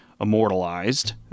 immortalized